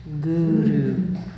Guru